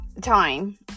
time